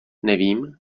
nevím